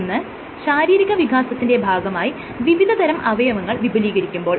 ഒന്ന് ശാരീരിക വികാസത്തിന്റെ ഭാഗമായി വിവിധതരം അവയങ്ങൾ വിപുലീകരിക്കുമ്പോൾ